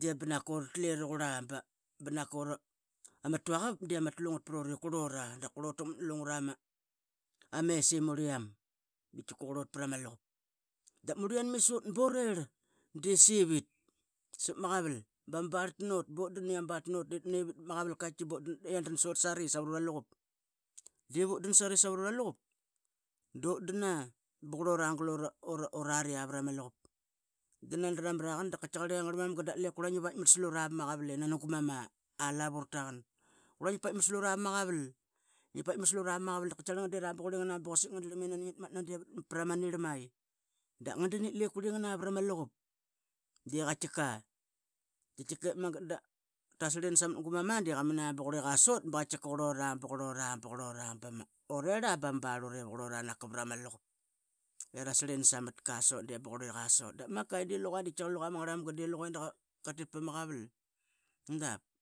Debanka uratle i raqura banakora banaka ama tuaqap de ama tlungat prot ip qurora dap qurora takmat na lungura me imur i yem i qatika qurot parama luqup dap murl i yanmes ot borer sevit sap maqaval dia dransot sati savaruraluqup de vutdan sari savaruraqap datdana baqurora galuraria navarama luqup. Dana ramaraqup dapkitqar angarmanga dap lep qura ngi paitmat slura vamaqaval nani guman alavu rataqan qura ngi paitmat dap quasik ngia dram i nani ngitmatna de varama nir mai dap ngandan ip lep qurengan varama luqup daqatikep mangat draslrin sama gumama di qa mana ba quli qa sot ba qrlora ba qrlora ba qrlora ba urerla ba ma barlut i qrlora pra ma luqup i ra srlin samat qa set di ba qurli qa sot. Da makai di luqup i ras srlin samat qa set di ba qurli qa sot. Da makai di luqoi ma ngarlmanga di lu qa di da qa tit pama aval dap.